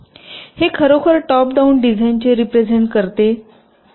हे खरोखर top down डिझाइनचे रीप्रेझेन्ट करतेकसे